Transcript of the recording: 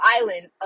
island